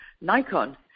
Nikon